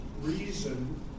reason